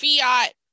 Fiat